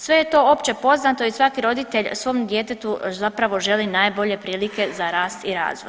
Sve je to općepoznato i svaki roditelj svom djetetu zapravo želi najbolje prilike za rast i razvoj.